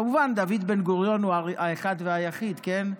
כמובן דוד בן-גוריון, האחד והיחיד, כן,